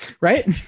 right